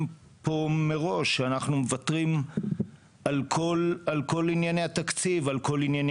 פה מראש: אנחנו מוותרים על כל ענייני התקציב; על כל ענייני